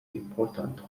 important